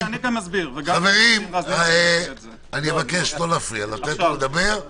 אני מבקש לתת לו לדבר.